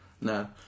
no